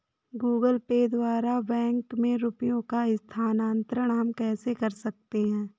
Google pay द्वारा bank में रुपयों का स्थानांतरण हम कैसे कर सकते हैं?